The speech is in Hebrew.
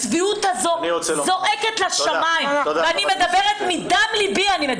הצביעות הזו זועקת לשמיים ואני מדברת מדם לבי.